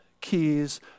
keys